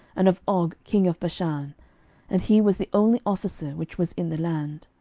and of og king of bashan and he was the only officer which was in the land.